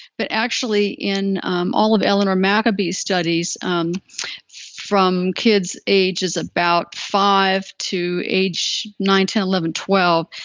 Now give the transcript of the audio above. but actually in um all of eleanor mcabee's studies um from kids age is about five to age nine, ten, eleven, twelve,